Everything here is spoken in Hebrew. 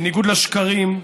בניגוד לשקרים,